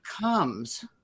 comes